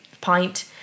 pint